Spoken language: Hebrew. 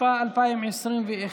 התשפ"א 2021,